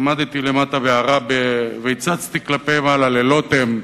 עמדתי למטה בעראבה והצצתי כלפי מעלה ללוטם,